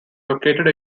located